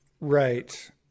Right